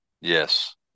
Yes